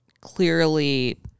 clearly